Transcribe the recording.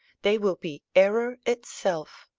they will be error itself.